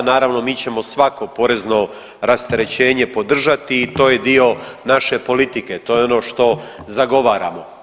Naravno, mi ćemo svako porezno rasterećenje podržati i to je dio naše politike, to je ono što zagovaramo.